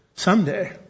Someday